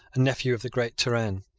nephew of the great turenne,